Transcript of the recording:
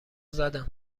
زدن